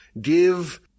Give